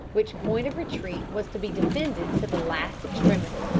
which point of retreat was to be defended to the last extremity.